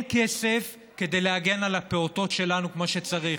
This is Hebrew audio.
כסף כדי להגן על הפעוטות שלנו כמו שצריך.